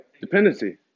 Dependency